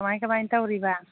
ꯀꯃꯥꯏ ꯀꯃꯥꯏ ꯇꯧꯔꯤꯕ